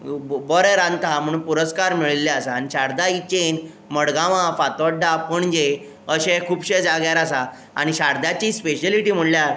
बरें रांदता म्हणून पुरस्कार मेळिल्ले आसा आनी शारदा ही चॅन मडगांवां फातोर्डा पणजे अशे खुबश्या जाग्यार आसा आनी शारदाची स्पॅशेलिटी म्हणल्यार